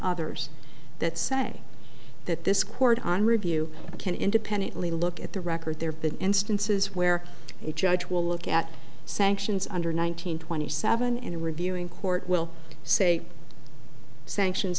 others that say that this court on review can independently look at the record there been instances where a judge will look at sanctions under nine hundred twenty seven and reviewing court will say sanctions